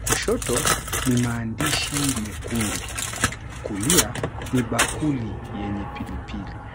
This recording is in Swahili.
kushoto ni maandishi mekundu, kulia ni bakuli yenye pilipili.